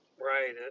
Right